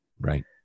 Right